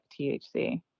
THC